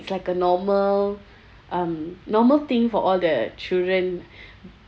it's like a normal um normal thing for all the children